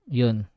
yun